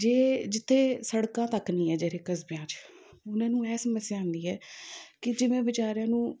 ਜੇ ਜਿੱਥੇ ਸੜਕਾਂ ਤੱਕ ਨਹੀਂ ਹੈ ਜਿਹੜੇ ਕਸਬਿਆਂ 'ਚ ਉਹਨਾਂ ਨੂੰ ਇਹ ਸਮੱਸਿਆ ਆਉਂਦੀ ਹੈ ਕਿ ਜਿਵੇਂ ਵਿਚਾਰਿਆਂ ਨੂੰ